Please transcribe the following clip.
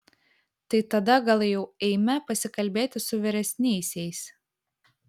tai tada gal jau eime pasikalbėti su vyresniaisiais